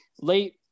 late